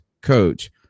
coach